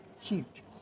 huge